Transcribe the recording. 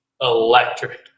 electric